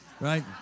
right